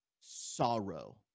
sorrow